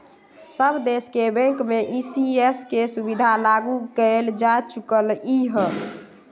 सब देश के बैंक में ई.सी.एस के सुविधा लागू कएल जा चुकलई ह